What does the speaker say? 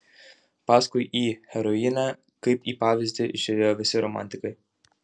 paskui į herojinę kaip į pavyzdį žiūrėjo visi romantikai